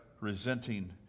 resenting